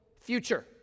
future